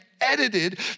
edited